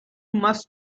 must